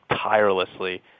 tirelessly